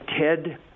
Ted